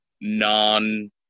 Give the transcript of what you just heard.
non